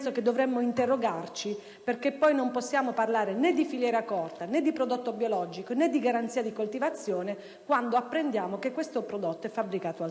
prodotto: non possiamo infatti parlare di filiera corta, né di prodotto biologico, né di garanzie di coltivazione quando apprendiamo che il prodotto è fabbricato altrove.